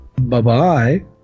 Bye-bye